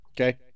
Okay